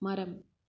மரம்